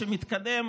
שמתקדמת,